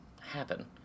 happen